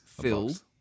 filled